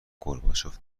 گورباچوف